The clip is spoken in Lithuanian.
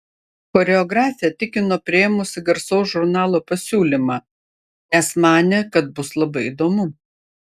choreografė tikino priėmusi garsaus žurnalo pasiūlymą nes manė kad bus labai įdomu